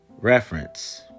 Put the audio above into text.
reference